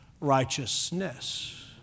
righteousness